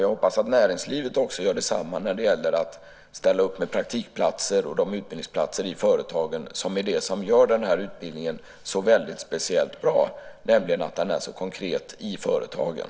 Jag hoppas att näringslivet också gör detsamma när det gäller att ställa upp med praktikplatser och de utbildningsplatser i företagen som gör utbildningen så speciellt bra, så konkret i företagen.